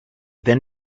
then